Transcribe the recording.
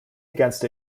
against